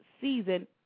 season